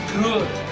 good